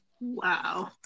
Wow